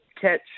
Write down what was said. catch